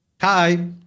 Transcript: Hi